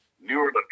newer